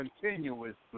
continuously